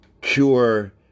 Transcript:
cure